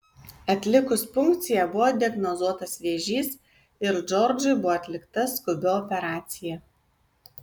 atlikus punkciją buvo diagnozuotas vėžys ir džordžui buvo atlikta skubi operacija